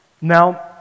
Now